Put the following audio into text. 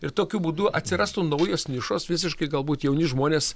ir tokiu būdu atsirastų naujos nišos visiškai galbūt jauni žmonės